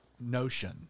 notion